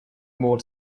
more